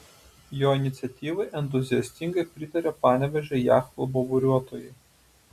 jo iniciatyvai entuziastingai pritarė panevėžio jachtklubo buriuotojai